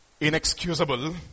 inexcusable